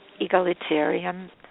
egalitarian